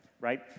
Right